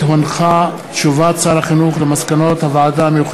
אוסאמה סעדי ונורית